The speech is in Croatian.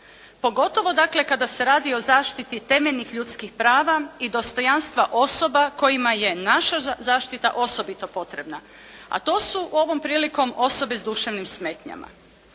Pogotovo dakle kada se radi o zaštiti temeljnih ljudskih prava i dostojanstva osoba kojima je naša zaštita osobito potrebna, a to su ovom prilikom osobe s duševnim smetnjama.